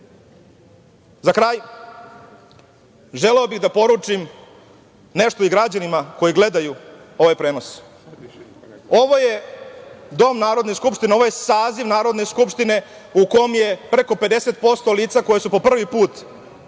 kraj bih želeo da poručim nešto i građanima koji gledaju ovaj prenos. Ovo je Dom Narodne skupštine, ovo je saziv Narodne skupštine u kom je preko 50% lica koja su po prvi put